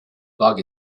bug